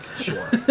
Sure